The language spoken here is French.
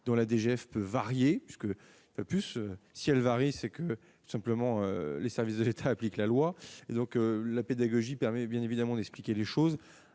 dont la DGF peut varier. Si elle varie, c'est tout simplement que les services de l'État appliquent la loi. La pédagogie permet bien évidemment d'expliquer les choses.